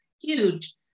huge